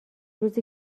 روزی